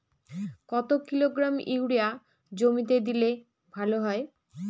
কত kilogram urea জমিতে দিলে ভালো হয়?